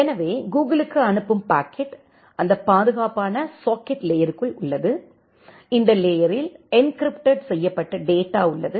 எனவே கூகிளுக்கு அனுப்பும் பாக்கெட் அந்த பாதுகாப்பான சாக்கெட் லேயருக்குள் உள்ளது இந்த லேயரில் என்கிரிப்டெட் செய்யப்பட்ட டேட்டா உள்ளது